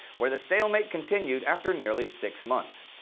where the stalemate continued after nearly six months.